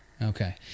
Okay